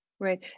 Right